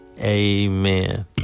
Amen